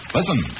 Listen